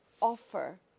offer